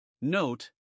Note